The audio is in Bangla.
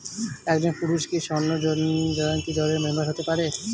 একজন পুরুষ কি স্বর্ণ জয়ন্তী দলের মেম্বার হতে পারে?